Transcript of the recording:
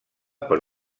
per